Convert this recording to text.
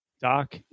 Doc